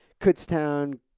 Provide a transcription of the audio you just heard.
Kutztown